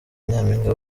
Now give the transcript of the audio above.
nyampinga